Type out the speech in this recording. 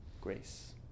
grace